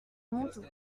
montaut